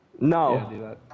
No